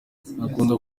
ntakunda